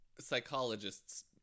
Psychologists